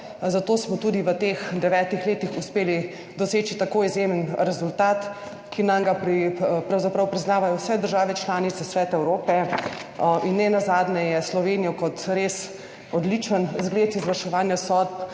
zato smo tudi v teh devetih letih uspeli doseči tako izjemen rezultat, ki nam ga pravzaprav priznavajo vse države članice Sveta Evrope. Nenazadnje je Slovenijo kot res odličen zgled izvrševanja sodb